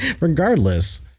Regardless